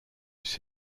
its